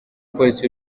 polisi